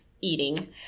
eating